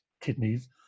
kidneys